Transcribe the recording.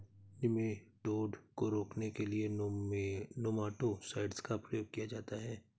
nematode को रोकने के लिए नेमाटो साइड का प्रयोग किया जाता है